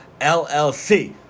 LLC